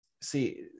see